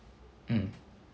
mm